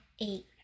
Eight